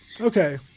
Okay